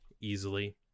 easily